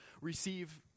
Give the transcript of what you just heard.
receive